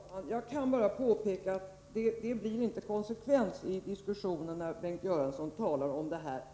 Herr talman! Jag kan bara påpeka att det inte blir konsekvens i diskussionen när Bengt Göransson talar om det här.